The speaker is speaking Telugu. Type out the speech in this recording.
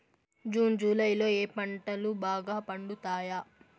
జూన్ జులై లో ఏ పంటలు బాగా పండుతాయా?